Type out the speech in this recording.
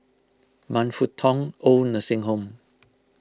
Man Fut Tong Oid Nursing Home